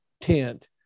tent